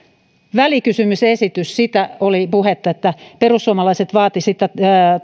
välikysymysesitys siitä oli puhetta että perussuomalaiset vaativat sitä